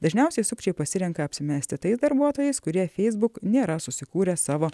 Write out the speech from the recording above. dažniausiai sukčiai pasirenka apsimesti tais darbuotojais kurie facebook nėra susikūrę savo